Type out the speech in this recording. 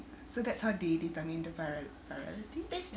so that's how they determine the prior~ priority